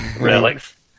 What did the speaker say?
relics